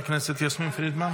חברת הכנסת יסמין פרידמן.